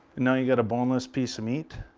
now you've got a boneless piece of meat.